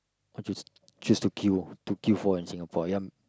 or just just to queue to queue for in Singapore yeah